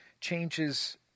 changes